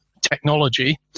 technology